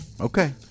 Okay